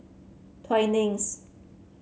Twinings